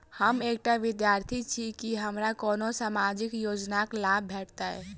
हम एकटा विद्यार्थी छी, की हमरा कोनो सामाजिक योजनाक लाभ भेटतय?